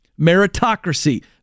Meritocracy